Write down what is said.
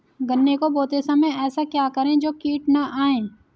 गन्ने को बोते समय ऐसा क्या करें जो कीट न आयें?